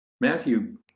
Matthew